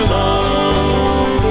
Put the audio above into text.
love